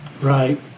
right